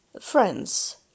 friends